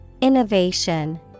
Innovation